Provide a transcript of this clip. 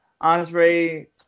Osprey